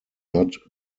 not